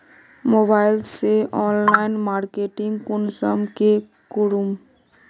Mobile से online marketing कुंसम के करूम?